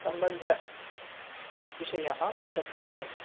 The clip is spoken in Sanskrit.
सम्बन्धः विषयः तत्र भवति